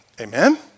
Amen